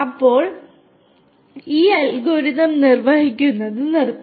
അപ്പോൾ ഈ അൽഗോരിതം നിർവ്വഹിക്കുന്നത് നിർത്തും